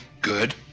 good